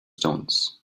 stones